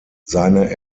seine